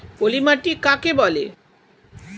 পলি মাটি কাকে বলে?